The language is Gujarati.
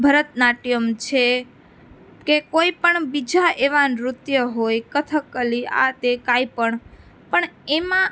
ભરતનાટ્યમ્ છે કે કોઈ પણ બીજા એવા નૃત્ય હોય કથકલી આ તે કાંઈ પણ પણ એમાં